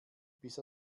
bis